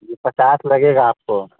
ये पचास लगेगा आपको